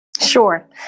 Sure